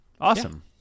Awesome